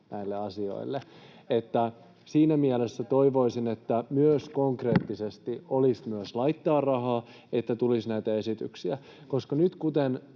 näille asioille. Siinä mielessä toivoisin, että konkreettisesti olisi myös laittaa rahaa, että tulisi näitä esityksiä, koska kuten